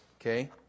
Okay